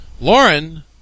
lauren